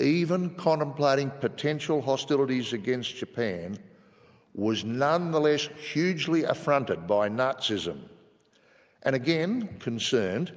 even contemplating potential hostilities against japan was nonetheless hugely affronted by nazism and again concerned